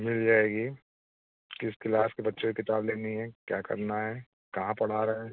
मिल जाएगी किस क्लास के बच्चे के किताब लेनी है क्या करना है कहाँ पढ़ा रहे हैं